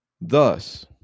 Thus